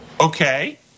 Okay